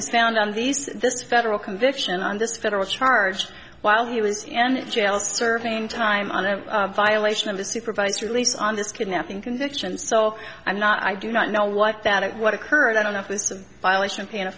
was found on these this federal conviction on this federal charge while he was in and jail serving time on a violation of a supervised release on this kidnapping conviction so i'm not i do not know what that is what occurred i don't know if it's a violation of paying a